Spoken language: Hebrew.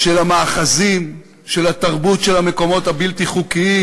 של המאחזים, של התרבות של המקומות הבלתי-חוקיים.